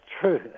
true